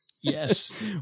Yes